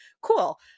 cool